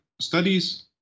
studies